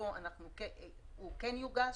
שכן יוגש,